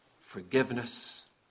forgiveness